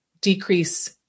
decrease